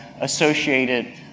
associated